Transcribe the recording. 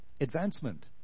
advancement